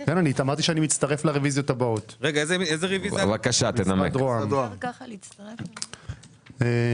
מצטרף לרביזיות הבאות, שלא תגיד שאני לא חלק מהן.